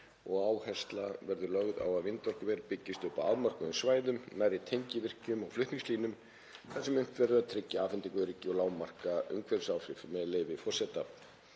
Áhersla verður lögð á að vindorkuver byggist upp á afmörkuðum svæðum nærri tengivirkjum og flutningslínum þar sem unnt verði að tryggja afhendingaröryggi og lágmarka umhverfisáhrif. Sá sem hér